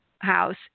house